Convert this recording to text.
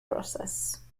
process